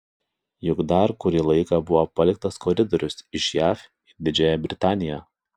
juk dar kurį laiką buvo paliktas koridorius iš jav į didžiąją britaniją